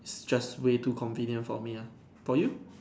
just way too convenient for me ah for you